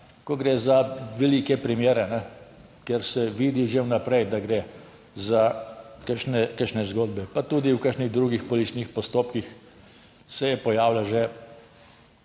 ko gre za velike primere, kjer se vidi že vnaprej, da gre za kakšne zgodbe. Pa tudi v kakšnih drugih političnih postopkih se je pojavila že,